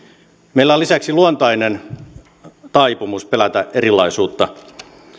meillä on lisäksi luontainen taipumus pelätä erilaisuutta